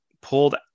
pulled